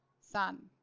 Son